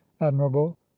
admirable